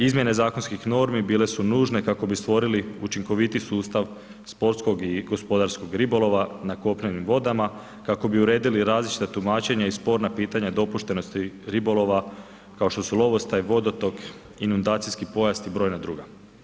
Izmjene zakonskih normi bile su nužne kako bi stvorili učinkovitiji sustav sportskog i gospodarskog ribolova na kopnenim vodama, kako bi uredili različita tumačenja i sporna pitanja dopuštenosti ribolova, kao što su lovostaj, vodotok i inundacijski pojas i brojna druga.